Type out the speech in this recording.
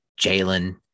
Jalen